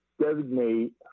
designate